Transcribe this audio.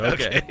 Okay